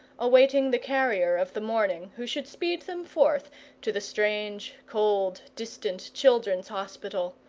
awaiting the carrier of the morning who should speed them forth to the strange, cold, distant children's hospital,